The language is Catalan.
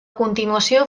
continuació